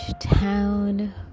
town